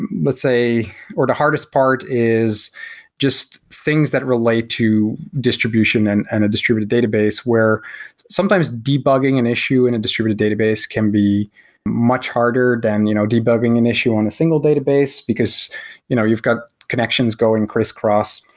and let's say or the hardest part is just things that relate to distribution and and a distributed database, where sometimes debugging an issue in a distributed database can be much harder than you know debugging an issue on a single database, because you know you've got connections going crisscross.